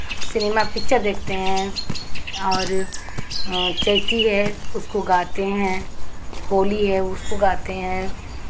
cinema picture देखते हैं और चैती है उसको गाते हैं होली है उसको गाते हैं